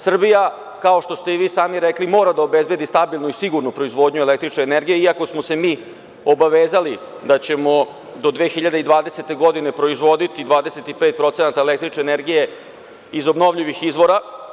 Srbija, kao što ste i vi sami rekli, mora da obezbedi stabilnu i sigurnu proizvodnju električne energije, iako smo se mi obavezali da ćemo do 2020. godine proizvoditi 25% električne energije iz obnovljivih izvora.